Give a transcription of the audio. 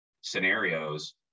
scenarios